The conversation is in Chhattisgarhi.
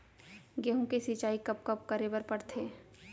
गेहूँ के सिंचाई कब कब करे बर पड़थे?